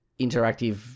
interactive